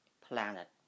planet